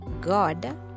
God